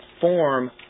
form